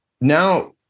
now